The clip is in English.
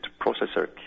processor